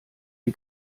die